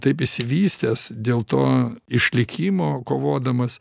taip išsivystęs dėl to išlikimo kovodamas